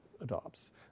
adopts